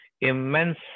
immense